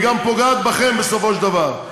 היא גם פוגעת בכם בסופו של דבר.